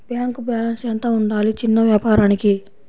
Bank balance ఎంత ఉండాలి చిన్న వ్యాపారానికి?